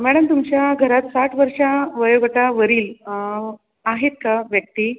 madam तुमच्या घरात साठ वर्षां वयोगटावरील आहेत का व्यक्ती